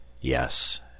Yes